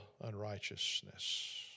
unrighteousness